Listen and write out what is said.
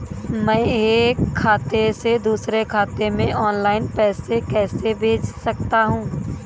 मैं एक खाते से दूसरे खाते में ऑनलाइन पैसे कैसे भेज सकता हूँ?